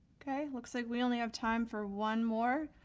okay, looks like we only have time for one more.